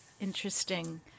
Interesting